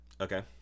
Okay